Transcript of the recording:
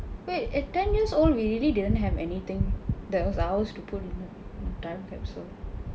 wait at ten years old we really didn't have anything that was ours to put in a time capsule